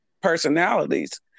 personalities